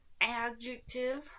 Adjective